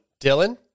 Dylan